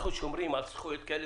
אנחנו שומרים על זכויות כאלה